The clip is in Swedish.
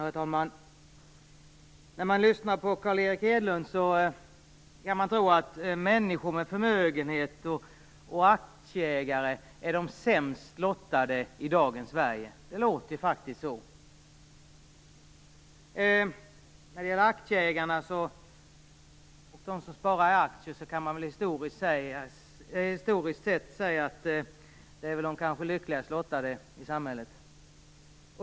Herr talman! När man lyssnar på Carl Erik Hedlund kan man tro att människor med förmögenhet och aktieägare är de sämst lottade i dagens Sverige. Det låter faktiskt så. Historiskt sett kan man säga att aktieägare och de som sparar i aktier kanske är de lyckligast lottade i samhället.